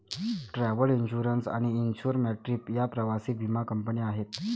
travel insurance आणि insure my trip या प्रवासी विमा कंपन्या आहेत